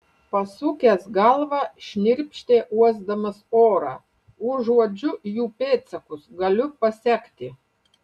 pasukęs galvą šnirpštė uosdamas orą užuodžiu jų pėdsakus galiu pasekti